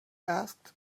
asked